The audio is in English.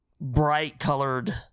bright-colored